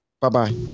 Bye-bye